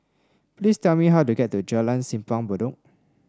please tell me how to get to Jalan Simpang Bedok